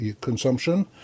consumption